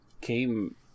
came